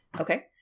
Okay